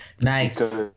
Nice